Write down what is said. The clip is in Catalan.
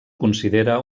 considera